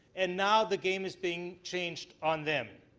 and now the game is being changeed on them.